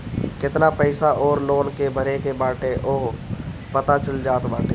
केतना पईसा अउरी लोन के भरे के बाटे उहो पता चल जात बाटे